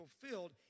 fulfilled